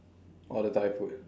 or the thai food